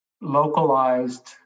localized